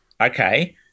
Okay